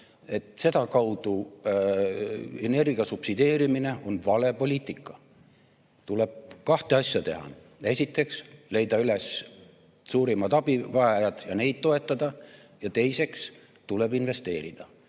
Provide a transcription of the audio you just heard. Sedakaudu energia subsideerimine on vale poliitika. Tuleb teha kahte asja. Esiteks tuleb leida üles suurimad abivajajad ja neid toetada ning teiseks tuleb investeerida.